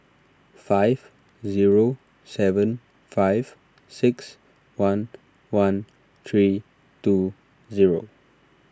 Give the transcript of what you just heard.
five zero seven five six one one three two zero